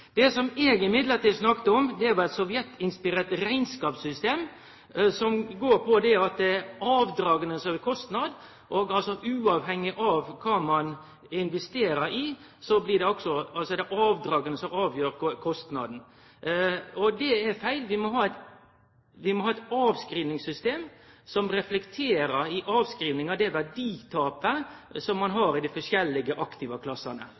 det som eg snakka om, var eit sovjetinspirert rekneskapssystem, som går på at det er avdraga som er ein kostnad. Så uavhengig av kva ein investerer i, er det avdraga som avgjer kostnaden. Det er feil. Vi må ha eit avskrivingssystem som i avskrivinga reflekterer det verditapet ein har i dei forskjellige aktivaklassane. Det har ein i det private næringslivet. Då synleggjer ein